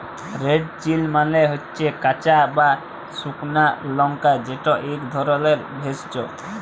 red chilli মালে হচ্যে কাঁচা বা সুকনা লংকা যেট ইক ধরলের ভেষজ